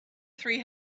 three